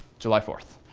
july fourth.